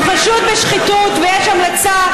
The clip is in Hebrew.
הוא חשוד בשחיתות, ויש המלצה